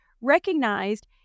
recognized